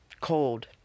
cold